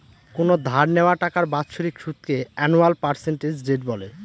কোনো ধার নেওয়া টাকার বাৎসরিক সুদকে আনুয়াল পার্সেন্টেজ রেট বলে